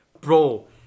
bro